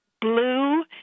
blue